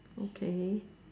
okay